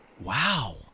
Wow